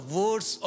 words